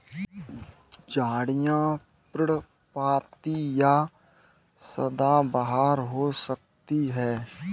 झाड़ियाँ पर्णपाती या सदाबहार हो सकती हैं